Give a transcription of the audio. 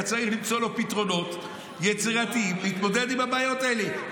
אתה צריך למצוא לו פתרונות יצירתיים להתמודד עם הבעיות האלה.